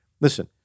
Listen